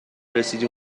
رسیدیم